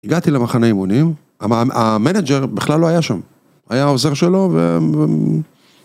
הגעתי למחנה אימונים, המנג'ר בכלל לא היה שם, היה עוזר שלו ו...